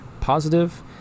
positive